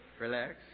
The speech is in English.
Relax